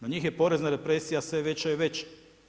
Na njih je porezna represija sve veća i veća.